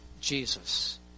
Jesus